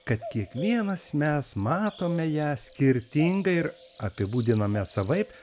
kad kiekvienas mes matome ją skirtingai ir apibūdiname savaip